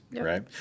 right